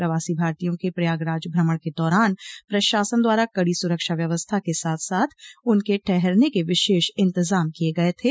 प्रवासी भारतीयों के प्रयागराज भ्रमण के दौरान प्रशासन द्वारा कड़ी सुरक्षा व्यवस्था के साथ साथ उनके ठहरने के विशेष इंतजाम किये गये थे